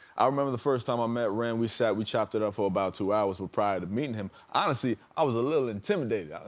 i remember the first time i met ren. we sat, we chopped it up for about two hours. but prior to meeting him honestly i was a little intimidated.